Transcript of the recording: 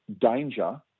danger